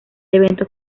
evento